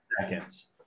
seconds